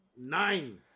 nine